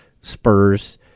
Spurs